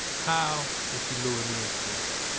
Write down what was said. how would you lure me into this?